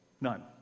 None